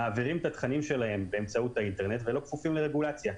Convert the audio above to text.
מעבירים את התכנים שלהם באמצעות האינטרנט ולא כפופים לרגולציה.